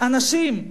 והאנשים,